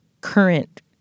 current